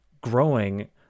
growing